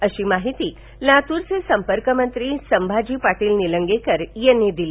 अशी माहिती लातूरचे संपर्कमंत्री संभाजी पाटील निलंगेकर यांनी दिली